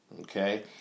Okay